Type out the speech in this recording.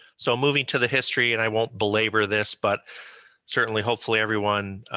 so moving to the history, and i won't belabor this, but certainly hopefully everyone